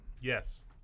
Yes